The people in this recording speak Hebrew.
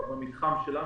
במתחם שלנו,